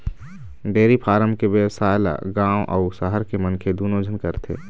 dairy farm के बेवसाय ल गाँव अउ सहर के मनखे दूनो झन करथे